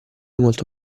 molto